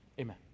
amen